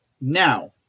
Now